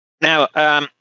Now